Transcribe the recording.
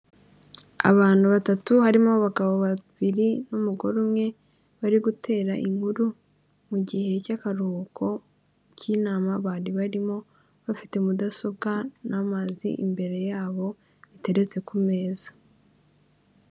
Abantu batatu harimo abagabo babiri n'umugore umwe bari gutera inkuru mu gihe cy'akaruhuko k'inama bari barimo, bafite mudasobwa n'amazi imbere yabo biteretse ku meza.